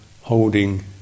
holding